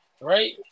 right